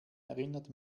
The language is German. erinnert